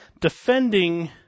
defending